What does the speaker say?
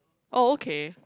oh okay